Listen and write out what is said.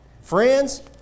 friends